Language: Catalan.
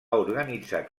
organitzat